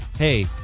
Hey